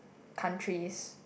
countries